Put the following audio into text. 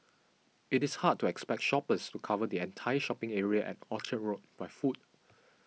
it is hard to expect shoppers to cover the entire shopping area at Orchard Road by foot